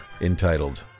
entitled